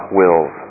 wills